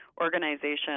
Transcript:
organization